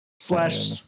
slash